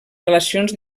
relacions